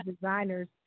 designers